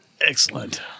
Excellent